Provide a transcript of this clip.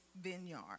vineyard